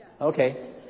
Okay